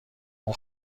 اون